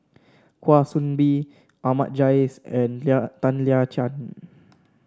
Kwa Soon Bee Ahmad Jais and Tan Lian Chye